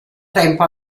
tempo